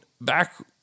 back